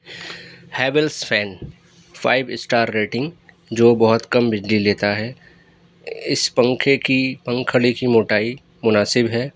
Havells fan five star rating جو بہت کم بجلی لیتا ہے اس پنکھے کی پنکھڑی کی موٹائی مناسب ہے